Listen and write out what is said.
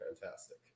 fantastic